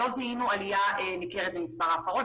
לא זיהינו עלייה ניכרת במספר ההפרות,